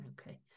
Okay